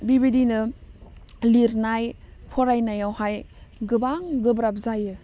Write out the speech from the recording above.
बिबायदिनो लिरनाय फरायनायावहाय गोबां गोब्राब जायो